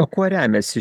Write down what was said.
o kuo remiasi